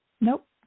Nope